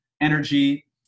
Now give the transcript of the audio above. energy